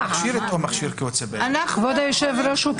כבוד היושב-ראש,